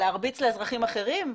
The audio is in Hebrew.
להרביץ לאזרחים אחרים?